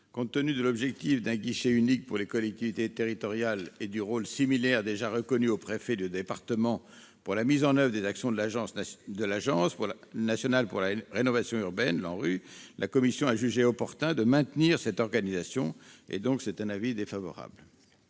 Compte tenu de l'objectif d'un guichet unique pour les collectivités territoriales et du rôle similaire déjà reconnu au préfet de département pour la mise en oeuvre des actions de l'Agence nationale pour la rénovation urbaine, la commission, qui a jugé important de maintenir cette organisation, a émis un avis défavorable.